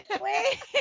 wait